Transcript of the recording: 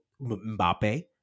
Mbappe